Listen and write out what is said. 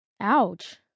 Ouch